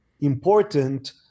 important